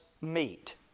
meet